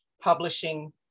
publishing